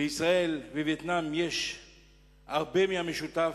לישראל ולווייטנאם יש הרבה מהמשותף,